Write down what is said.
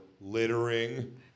littering